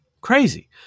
Crazy